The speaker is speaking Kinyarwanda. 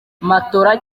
matola